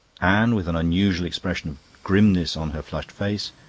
anne, with an unusual expression of grimness on her flushed face,